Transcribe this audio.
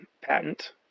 patent